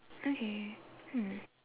okay mm